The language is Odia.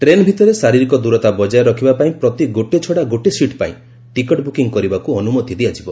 ଟ୍ରେନ୍ ଭିତରେ ଶାରିରୀକ ଦ୍ୱରତା ବଜାୟ ରଖିବା ପାଇଁ ପ୍ରତି ଗୋଟେଛଡା ସିଟ୍ ପାଇଁ ଟିକଟ ବୃକିଂ କରିବାକୁ ଅନୁମତି ଦିଆଯିବ